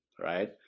right